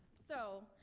so,